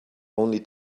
only